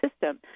system